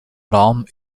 raum